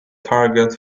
target